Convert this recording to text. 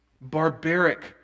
barbaric